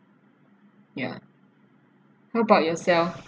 ya how about yourself